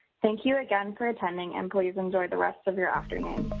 thank you again for attending, and please enjoy the rest of your afternoon.